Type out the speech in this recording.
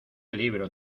libro